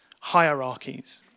hierarchies